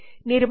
1 ರಿಂದ 8